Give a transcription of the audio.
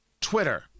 Twitter